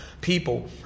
people